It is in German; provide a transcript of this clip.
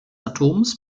atoms